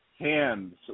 Hands